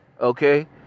okay